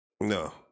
No